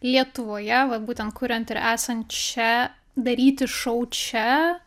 lietuvoje va būtent kuriant ir esant čia daryti šou čia